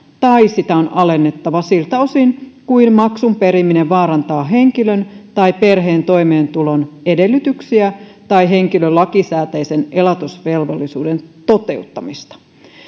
tai sitä on alennettava siltä osin kuin maksun periminen vaarantaa henkilön tai perheen toimeentulon edellytyksiä tai henkilön lakisääteisen elatusvelvollisuuden toteuttamista